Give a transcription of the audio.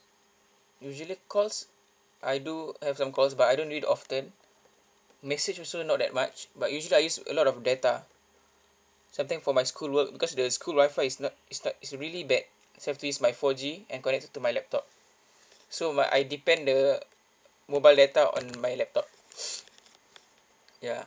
usually calls I do have some calls but I don't do it often message also not that much but usually I use a lot of data sometime for my school work because the school wi-fi is not is not is really bad so I have to use my four G and connect to my laptop so my I depend the mobile data on my laptop ya